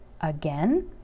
again